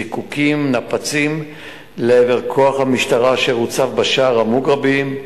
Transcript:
זיקוקים ונפצים לעבר כוח המשטרה אשר הוצב בשער המוגרבים.